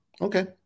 Okay